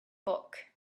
book